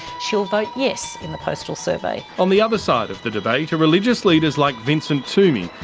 she'll vote yes in the postal survey. on the other side of the debate are religious leaders like vincent twomey,